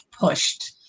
pushed